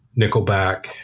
Nickelback